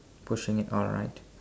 pushing it alright